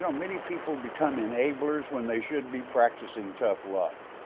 um many people become enablers when they should be practicing tough love.